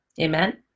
Amen